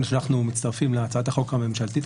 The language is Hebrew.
אנחנו מצטרפים כמובן להצעת החוק הממשלתית.